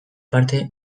parte